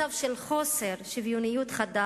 במצב של חוסר שוויוניות חד,